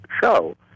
show